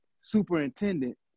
superintendent